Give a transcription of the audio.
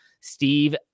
Steve